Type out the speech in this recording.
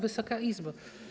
Wysoka Izbo!